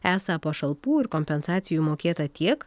esą pašalpų ir kompensacijų mokėta tiek